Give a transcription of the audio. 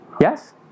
yes